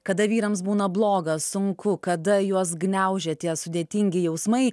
kada vyrams būna bloga sunku kada juos gniaužia tie sudėtingi jausmai